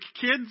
kids